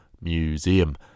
Museum